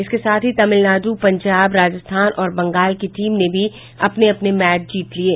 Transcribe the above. इसके साथ ही तमिलनाडु पंजाब राजस्थान और बंगाल की टीम ने भी अपने अपने मैच जीत लिये